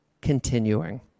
continuing